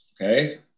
Okay